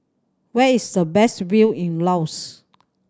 where is the best view in Laos